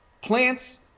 plants